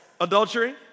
Adultery